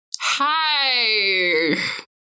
Hi